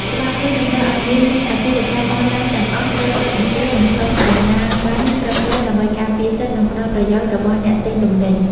ច្បាប់នេះតម្រូវឱ្យអាជីវកម្មអនឡាញទាំងអស់ត្រូវចុះបញ្ជី និងសុំអាជ្ញាបណ្ណត្រឹមត្រូវ ដើម្បីការពារសិទ្ធិ និងផលប្រយោជន៍របស់អ្នកទិញទំនិញ។